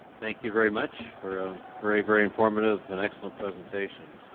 thank you very much for a very, very informative and excellent presentation.